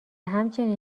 همچنین